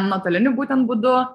nuotoliniu būtent būdu